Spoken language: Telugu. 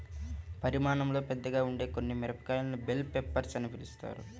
పరిమాణంలో పెద్దగా ఉండే కొన్ని మిరపకాయలను బెల్ పెప్పర్స్ అని పిలుస్తారు